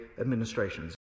administrations